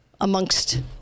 amongst